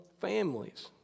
families